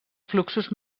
fluxos